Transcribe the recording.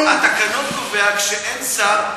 התקנון קובע: כשאין שר,